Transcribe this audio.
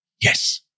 yes